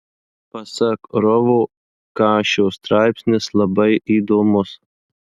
pasak rovo kašio straipsnis labai įdomus